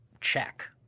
check